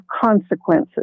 consequences